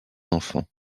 enfants